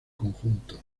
conjunto